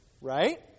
right